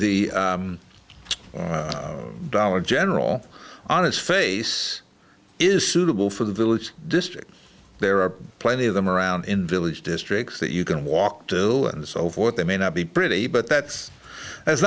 the dollar general on its face is suitable for the village district there are plenty of them around in village districts that you can walk till and so forth they may not be pretty but that's